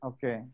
Okay